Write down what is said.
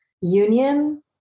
union